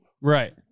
Right